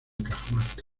cajamarca